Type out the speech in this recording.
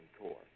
Core